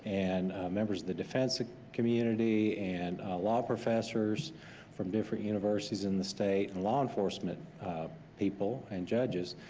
and members of the defense ah community, and law professors from different universities in the state, and law enforcement people and judges,